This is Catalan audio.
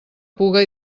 puga